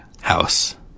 house